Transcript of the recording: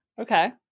Okay